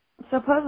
Supposedly